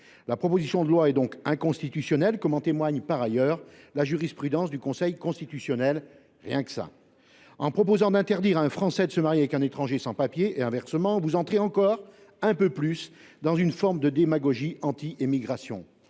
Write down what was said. Ce texte est donc inconstitutionnel, comme en témoigne par ailleurs la jurisprudence du Conseil constitutionnel – rien que ça ! En proposant d’interdire à un Français de se marier avec un étranger sans papiers – et inversement –, la majorité sénatoriale s’enfonce encore un peu plus dans une forme de démagogie anti immigration.